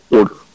Order